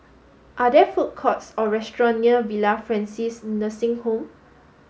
are there food courts or restaurant near Villa Francis Nursing Home